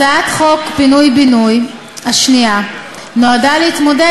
הצעת חוק פינוי ובינוי השנייה נועדה להתמודד